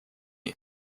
you